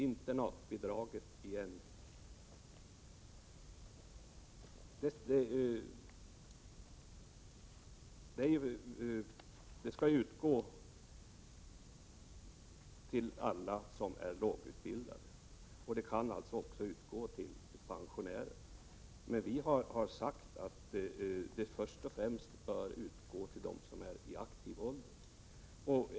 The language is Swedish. Internatbidraget skall kunna utbetalas till alla lågutbildade, och det kan alltså även utbetalas till pensionärer, men vi har sagt att det först och främst skall utbetalas till dem som är i aktiv ålder.